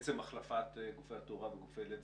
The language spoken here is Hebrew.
צריך לומר שעצם החלפת גופי התאורה בגופי לד,